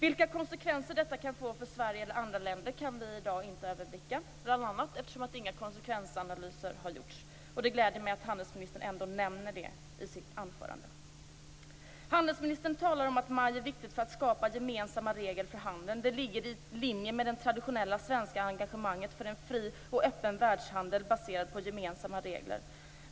Vilka konsekvenser detta kan få för Sverige eller andra länder kan vi i dag inte överblicka, bl.a. eftersom inga konsekvensanalyser har gjorts. Det gläder mig att handelsministern ändå nämner detta i sitt anförande. Handelsministern talar om att MAI är viktigt för att skapa gemensamma regler för handeln. Det ligger i linje med det traditionella svenska engagemanget för en fri och öppen världshandel baserad på gemensamma regler.